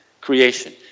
creation